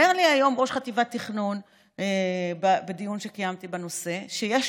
אומר לי היום ראש חטיבת תכנון בדיון שקיימתי בנושא שיש